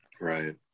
Right